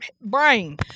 brain